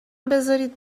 بزارید